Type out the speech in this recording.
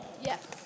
Yes